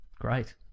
Great